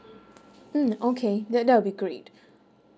mm okay that that will be great